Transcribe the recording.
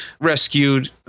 rescued